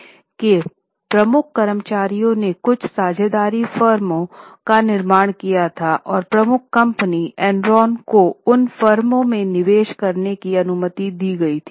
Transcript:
तो कंपनी के प्रमुख कर्मचारियों ने कुछ साझेदारी फर्मों का निर्माण किया था और मुख्य कंपनी एनरॉन को उन फर्मों में निवेश करने की अनुमति दी गई थी